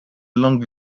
long